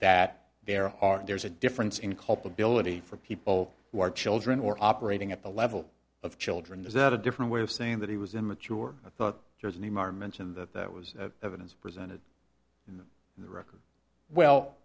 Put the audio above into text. that there are there's a difference in culpability for people who are children or operating at the level of children deserve a different way of saying that he was immature i thought here's a new martin mentioned that that was evidence presented in the